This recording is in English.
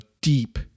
deep